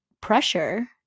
pressure